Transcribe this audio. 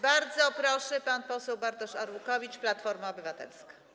Bardzo proszę, pan poseł Bartosz Arłukowicz, Platforma Obywatelska.